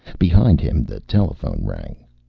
behind him, the telephone rang.